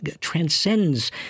transcends